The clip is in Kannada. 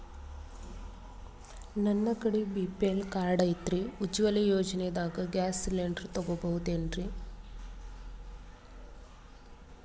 ನನ್ನ ಕಡೆ ಬಿ.ಪಿ.ಎಲ್ ಕಾರ್ಡ್ ಐತ್ರಿ, ಉಜ್ವಲಾ ಯೋಜನೆದಾಗ ಗ್ಯಾಸ್ ಸಿಲಿಂಡರ್ ತೊಗೋಬಹುದೇನ್ರಿ?